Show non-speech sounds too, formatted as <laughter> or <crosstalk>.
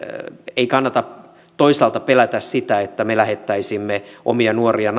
ei kannata toisaalta pelätä sitä että me lähettäisimme omia nuoria <unintelligible>